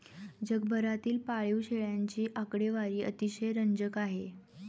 जगभरातील पाळीव शेळ्यांची आकडेवारी अतिशय रंजक आहे